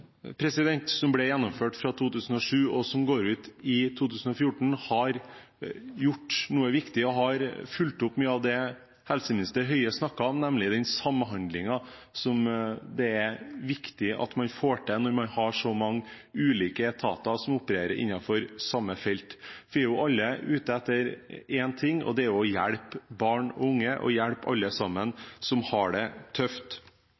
som ble gjennomført fra 2007, og som går ut i 2014, har gjort noe viktig og har fulgt opp mye av det helseminister Høie snakket om, nemlig den samhandlingen som det er viktig at man får til når man har så mange ulike etater som opererer innenfor samme felt. Vi er jo alle ute etter én ting, og det er å hjelpe barn og unge og hjelpe alle som har det tøft.